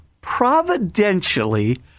providentially